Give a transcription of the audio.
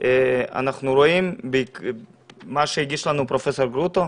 אנחנו רואים מה שהגיש לנו פרופ' גרוטו,